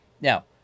Now